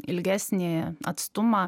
ilgesnį atstumą